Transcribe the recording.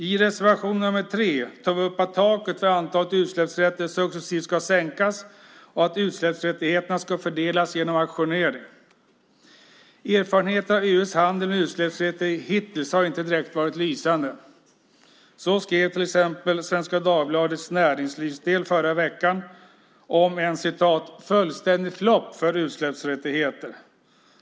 I reservation nr 3 tar vi upp att taket för antalet utsläppsrätter successivt ska sänkas och att utsläppsrätterna ska fördelas genom auktionering. Erfarenheterna av EU:s handel med utsläppsrätter hittills har inte direkt varit lysande. Det stod till exempel i Svenska Dagbladets näringslivsdel förra veckan om en "fullständig flopp för utsläppsrätter".